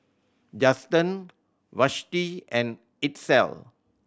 Juston Vashti and Itzel